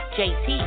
jt